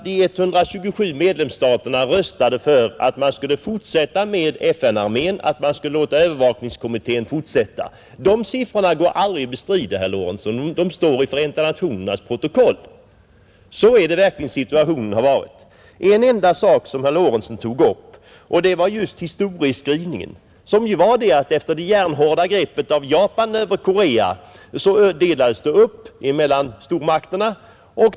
De 127 medlemsstaterna röstade för att man skulle fortsätta med FN-armén och övervakningskommissionen, Dessa siffror går aldrig att bestrida, herr Lorentzon, De står i Förenta nationernas protokoll. Så är situationen i verkligheten. Jag vill ta upp herr Lorentzons historieskrivning, I själva verket var det ju så att efter det järnhårda greppet av Japan över Korea, delades Korea upp mellan stormakterna.